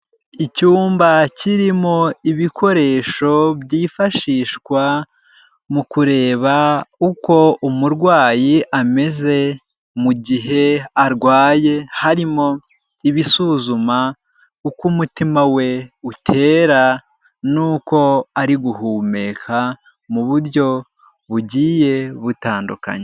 Icyumba kirimo ibikoresho byifashishwa mu kureba uko umurwayi ameze mu gihe arwaye, harimo ibisuzuma uko umutima we utera n'uko ari guhumeka mu buryo bugiye butandukanye.